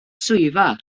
swyddfa